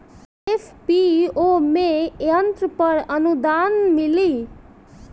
FPO में यंत्र पर आनुदान मिँली?